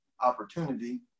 opportunity